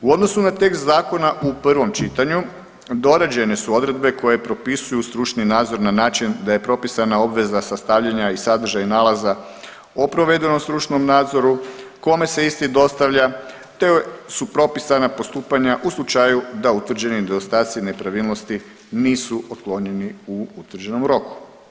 U odnosu na tekst zakona u prvom čitanju dorađene su odredbe koje propisuju stručni nadzor na način da je propisana obveza sastavljana i sadržaja i nalaza o provedenom stručnom nadzoru, kome se isti dostavlja te su propisana postupanja u slučaju da utvrđeni nedostaci nepravilnosti nisu otklonjeni u utvrđenom roku.